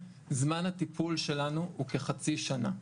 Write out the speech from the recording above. זמן הטיפול שלנו הוא כחצי שנה.'